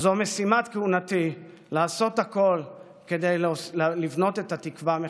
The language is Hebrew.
זו משימת כהונתי: לעשות הכול כדי לבנות את התקווה מחדש.